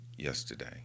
Yesterday